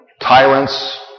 tyrants